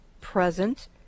present